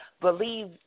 believe